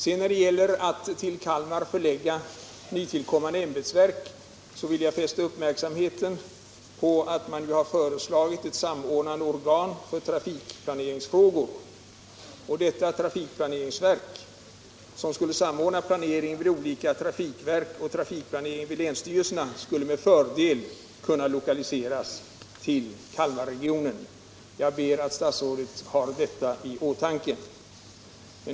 När det sedan gäller att till Kalmar förlägga nytillkommande ämbetsverk vill jag erinra om att man har föreslagit ett samordnande organ för trafikplaneringsfrågor. Detta trafikplaneringsverk, som skulle samordna planeringen vid olika trafikverk och trafikplaneringen vid länsstyrelserna, skulle med fördel kunna lokaliseras till Kalmarregionen. Jag ber herr statsrådet att ha detta i åtanke.